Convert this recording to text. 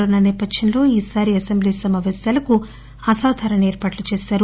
corona సేపథ్యం లో ఈ సారి అసెంబ్లీ సమాపేశాలకు అసాధారణ ఏర్పాట్లు చేశారు